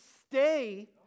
stay